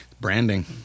Branding